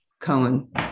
Cohen